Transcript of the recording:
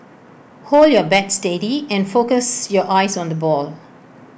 hold your bat steady and focus your eyes on the ball